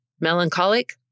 melancholic